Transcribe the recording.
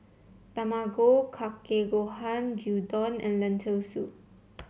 Tamago Kake Gohan Gyudon and Lentil Soup